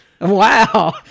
Wow